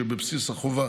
שבבסיס החובה